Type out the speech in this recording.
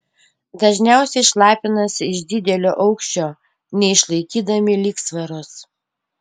dažniausiai šlapinasi iš didelio aukščio neišlaikydami lygsvaros